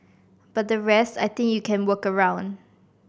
but the rest I think you can work around